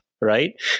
right